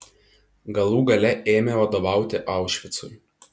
galų gale ėmė vadovauti aušvicui